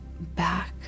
back